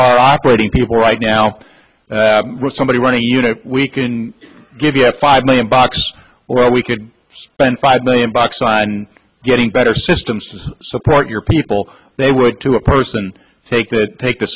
our operating people right now somebody running a unit we can give you five million bucks or we could spend five million bucks on getting better systems to support your people they would to a person take the take the